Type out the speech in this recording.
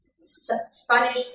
spanish